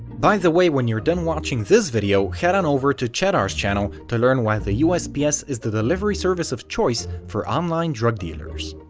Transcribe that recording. by the way, when you're done watching this video head on over to cheddar's channel to learn why the usps is the delivery service of choice for online drug dealers.